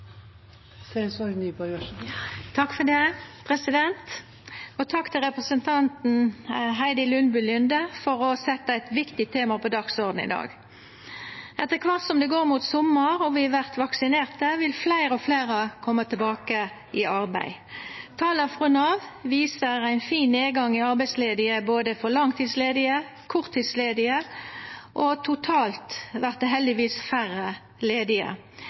til representanten Heidi Nordby Lunde for å setja eit viktig tema på dagsordenen i dag. Etter kvart som det går mot sommar og vi vert vaksinerte, vil fleire og fleire koma tilbake i arbeid. Tala frå Nav viser ein fin nedgang i arbeidsledige for både langtidsledige og korttidsledige, og totalt vert det heldigvis færre ledige.